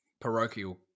parochial